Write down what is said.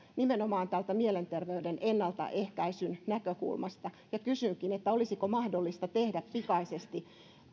nimenomaan mielenterveyden ennaltaehkäisyn näkökulmasta kysynkin olisiko mahdollista tehdä pikaisesti